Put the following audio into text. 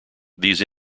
these